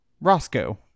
Roscoe